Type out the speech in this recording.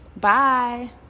Bye